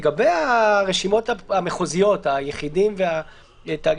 מי שנכנס לרשימה הזאת --- לא.